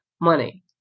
money